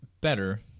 better